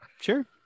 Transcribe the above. Sure